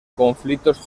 conflictos